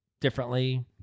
differently